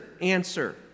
answer